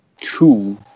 two